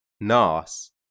Nas